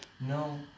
No